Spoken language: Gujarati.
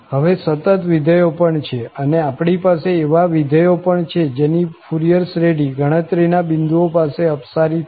હવે સતત વિધેયો પણ છે અને આપણી પાસે એવા વિધેય પણ છે જેની ફુરિયર શ્રેઢી ગણતરી ના બિંદુઓ પાસે અપસારી થાય